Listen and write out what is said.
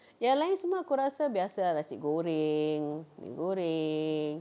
yang lain semua aku rasa biasa ah nasi goreng mi goreng